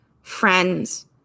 friends